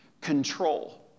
control